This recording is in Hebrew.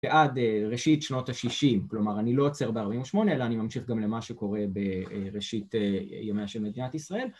‫עד ראשית שנות ה-60, ‫כלומר, אני לא עוצר ב-48, ‫אלא אני ממשיך גם למה שקורה ‫בראשית ימי השם מדינת ישראל.